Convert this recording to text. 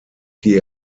die